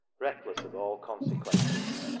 reckless of all consequences.